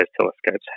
telescopes